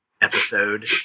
episode